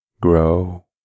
grow